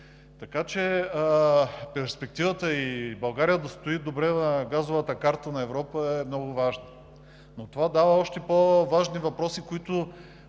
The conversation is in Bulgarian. Така че перспективата и България да стои добре на газовата карта на Европа е много важна. Това дава още по-важни въпроси, които